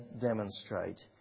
demonstrate